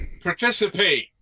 Participate